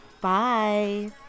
Bye